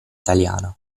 italiana